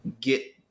get